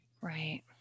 right